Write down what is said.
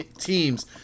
teams